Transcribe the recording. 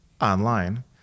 online